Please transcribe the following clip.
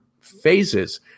phases